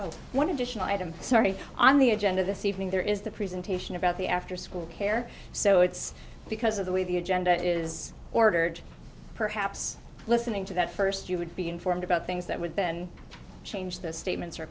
additional item sorry on the agenda this evening there is the presentation about the after school care so it's because of the way the agenda is ordered perhaps listening to that first you would be informed about things that would then change the statements